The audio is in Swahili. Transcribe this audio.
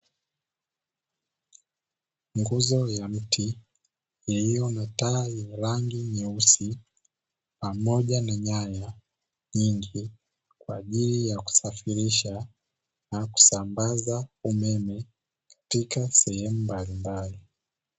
Nguzo ya mti iliyo na taa yenye rangi nyeusi pamoja na nyaya nyingi kwa ajili ya kusafirisha na kusambaza umeme katika sehemu mbalimbali.